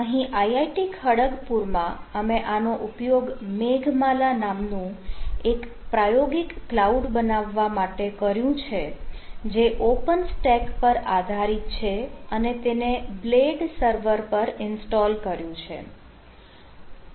અહીં આઇઆઇટી ખડગપુરમાં અમે આનો ઉપયોગ મેઘમાલા નામનું એક પ્રાયોગિક ક્લાઉડ બનાવવા માટે કર્યું છે જે ઓપન સ્ટેક પર આધારિત છે અને તેને બ્લેડ સર્વર પર ઇન્સ્ટોલ કર્યું છે